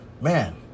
Man